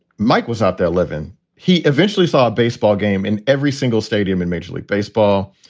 mike was out there living. he eventually saw a baseball game in every single stadium in major league baseball.